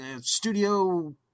studio